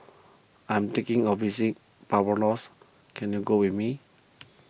I am thinking of visiting Barbados can you go with me